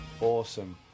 Awesome